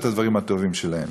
את הדברים הטובים שלהם.